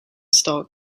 stock